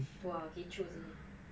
tu ah kecoh saje